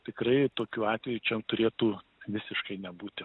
tikrai tokių atvejų čia turėtų visiškai nebūti